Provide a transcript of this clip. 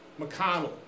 McConnell